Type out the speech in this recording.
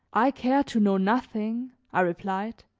i care to know nothing, i replied,